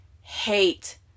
hate